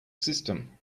system